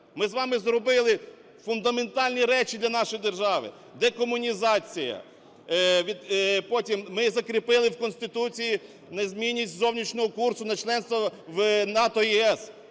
Ми з вами зробили фундаментальні речі для нашої держави: декомунізація, потім – ми закріпили в Конституції незмінність зовнішнього курсу на членство в НАТО і ЄС,